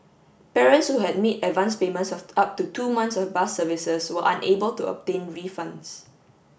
parents who had made advanced payments of up to two months of bus services were unable to obtain refunds